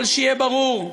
אבל שיהיה ברור: